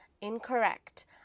Incorrect